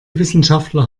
wissenschaftler